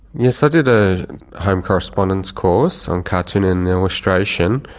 yes, i did a home correspondence course on cartoon and illustration,